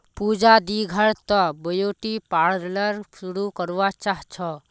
पूजा दी घर त ब्यूटी पार्लर शुरू करवा चाह छ